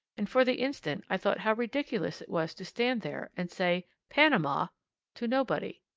and for the instant i thought how ridiculous it was to stand there and say panama to nobody.